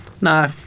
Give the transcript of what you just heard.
No